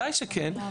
ודאי שכן,